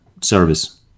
service